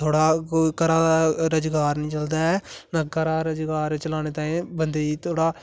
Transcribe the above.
थोह्ड़ा घरा दा रोजगार नेईं चलदा ऐ ना घरा दा रोजगार चलाने तांई बंदे गी थोह्ड़ा